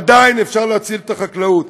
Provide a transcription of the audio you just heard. עדיין אפשר להציל את החקלאות,